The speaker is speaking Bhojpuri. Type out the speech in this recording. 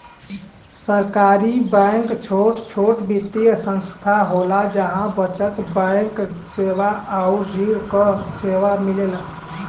सहकारी बैंक छोट छोट वित्तीय संस्थान होला जहा बचत बैंक सेवा आउर ऋण क सेवा मिलेला